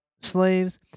Slaves